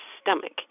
stomach